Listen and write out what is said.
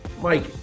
Mike